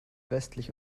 westlich